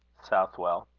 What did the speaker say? southwell.